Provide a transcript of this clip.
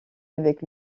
avec